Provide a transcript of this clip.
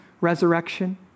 resurrection